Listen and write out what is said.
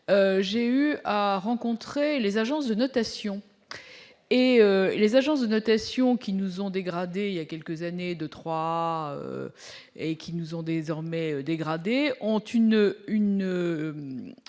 j'ai eu à rencontrer les agences de notation et les agences de notation, qui nous ont dégradé, il y a quelques années, 2, 3 et qui nous ont désormais dégradé ont une